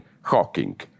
Hawking